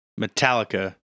Metallica